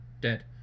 dead